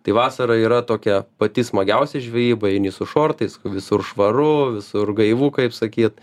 tai vasara yra tokia pati smagiausia žvejybai eini su šortais visur švaru visur gaivu kaip sakyt